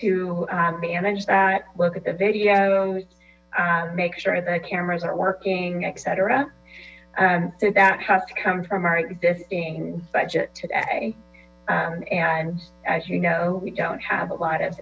to manage that look at the video make sure the cameras are working et cetera so that has to come from our existing budget today and as you know we don't have a lot of